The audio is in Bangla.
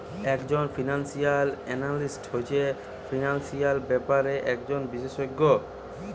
একজন ফিনান্সিয়াল এনালিস্ট হচ্ছে ফিনান্সিয়াল ব্যাপারে একজন বিশেষজ্ঞ